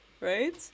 right